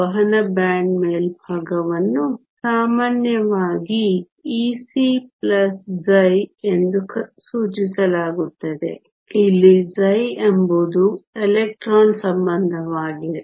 ವಹನ ಬ್ಯಾಂಡ್ನ ಮೇಲ್ಭಾಗವನ್ನು ಸಾಮಾನ್ಯವಾಗಿ Ec ಎಂದು ಸೂಚಿಸಲಾಗುತ್ತದೆ ಇಲ್ಲಿ ಎಂಬುದು ಎಲೆಕ್ಟ್ರಾನ್ ಸಂಬಂಧವಾಗಿದೆ